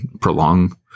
prolong